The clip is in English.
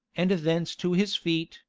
and thence to his feet,